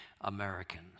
Americans